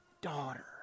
daughter